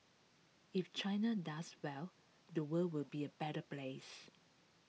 if China does well the world will be A better place